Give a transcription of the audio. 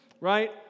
Right